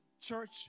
church